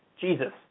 Jesus